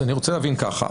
אז אני רוצה להבין ככה,